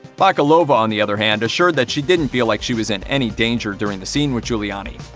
bakalova, on the other hand, assured that she didn't feel like she was in any danger during the scene with giuliani.